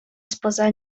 spoza